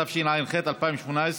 התשע"ח 2018,